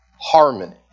harmony